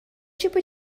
tipo